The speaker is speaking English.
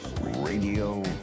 Radio